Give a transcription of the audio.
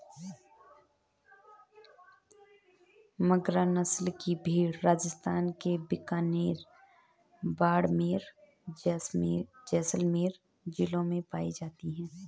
मगरा नस्ल की भेंड़ राजस्थान के बीकानेर, बाड़मेर, जैसलमेर जिलों में पाई जाती हैं